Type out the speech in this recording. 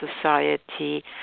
society